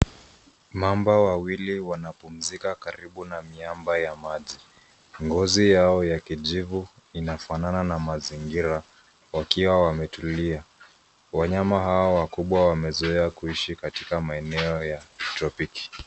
Mamba wawili wanapumzika karibu na miamba ya maji. Ngozi yao ya kijivu inafanana na mazingira wakiwa wametulia. Wanyama hawa wakubwa wamezoea kuishi katika maeneo ya tropiki.